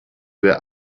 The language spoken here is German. wer